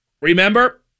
remember